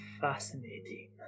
Fascinating